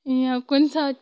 یا کُنہِ ساتہٕ